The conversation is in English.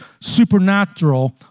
supernatural